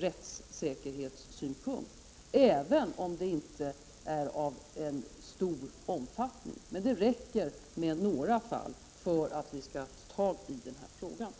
rättssäkerhetssynpunkt, även om det inte är av en stor omfattning. Men det räcker med några fall för att vi skall ta tag i den här frågan.